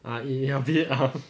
ah it a bit ah